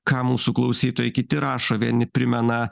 ką mūsų klausytojai kiti rašo vieni primena